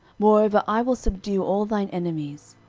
moreover i will subdue all thine enemies.